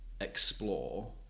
explore